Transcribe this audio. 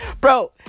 Bro